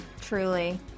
truly